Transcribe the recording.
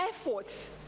efforts